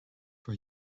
for